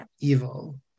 evil